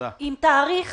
עם תאריך